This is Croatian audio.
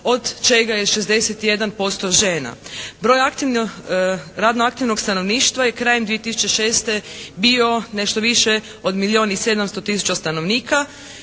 od čega je 61% žena. Broj aktivno, radno aktivnog stanovništva je krajem 2006. bio nešto više od milijun i 700 tisuća stanovnika.